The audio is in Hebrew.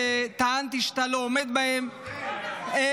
וטענתי שאתה לא עומד בהם --- צודק,